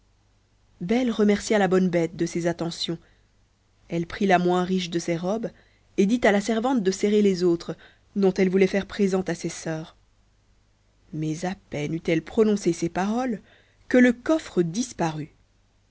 belle remercia la bonne bête de ses attentions elle prit la moins riche de ces robes et dit à la servante de serrer les autres dont elle voulait faire présent à ses sœurs mais à peine eut-elle prononcé ces paroles que le coffre disparut